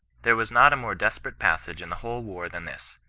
there was not a more desperate passage in the whole war than this.